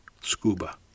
SCUBA